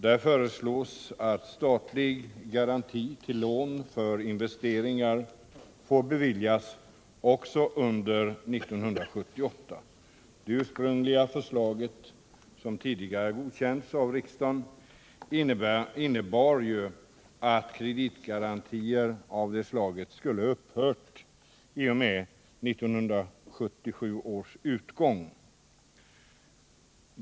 Där föreslås att statlig garanti till lån för investeringar får beviljas också under 1978. Det ursprungliga förslaget — som tidigare godkänts av riksdagen — innebar att kreditgarantier av det slaget skulle upphöra i och med 1977 års utgång.